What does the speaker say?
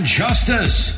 justice